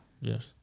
Yes